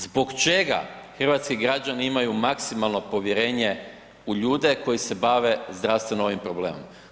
Zbog čega hrvatski građani imaju maksimalno povjerenje u ljude koji se bave zdravstveno ovim problemom?